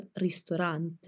ristorante